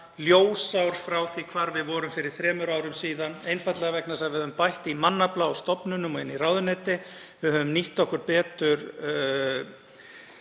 ljósár frá því hvar við vorum fyrir þremur árum, einfaldlega vegna þess að við höfum bætt í mannafla í stofnunum og í ráðuneytum. Við höfum nýtt okkur betur